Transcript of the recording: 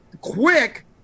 quick